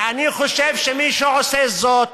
ואני חושב שמי שעושה זאת,